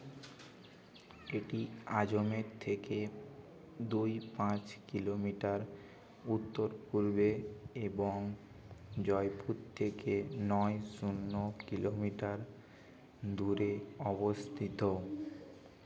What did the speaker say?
এটি আজমের থেকে দুই পাঁচ কিলোমিটার উত্তর পূর্বে এবং জয়পুর থেকে নয় শুন্য কিলোমিটার দূরে অবস্থিত